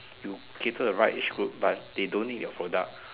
you cater the right age group but they don't need your product